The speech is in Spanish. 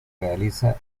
realiza